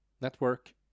network